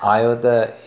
आहियो त